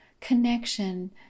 connection